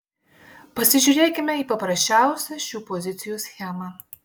pasižiūrėkime į paprasčiausią šių pozicijų schemą